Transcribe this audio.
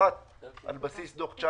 על בסיס דוח 19'